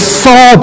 saw